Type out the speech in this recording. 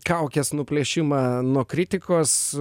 kaukės nuplėšimą nuo kritikos